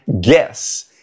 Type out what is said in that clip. guess